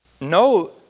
No